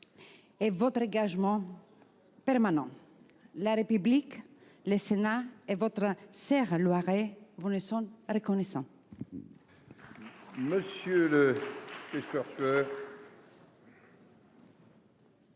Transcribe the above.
et votre engagement permanent. La République, le Sénat et votre cher Loiret vous en sont reconnaissants